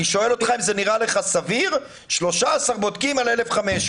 אני שואל אותך אם זה נראה לך סביר שיש 13 בודקים על 1,500?